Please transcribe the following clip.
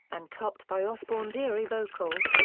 and topped by osbourne's eerie vocals,